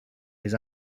his